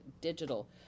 digital